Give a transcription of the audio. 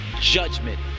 judgment